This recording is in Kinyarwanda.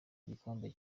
gikombe